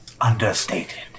understated